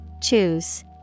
Choose